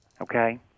okay